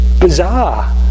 Bizarre